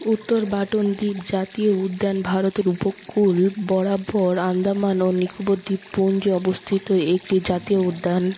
উত্তর বাটন দ্বীপ জাতীয় উদ্যান ভারতের উপকূল বরাবর আন্দামান ও নিকোবর দ্বীপপুঞ্জে অবস্থিত একটি জাতীয় উদ্যান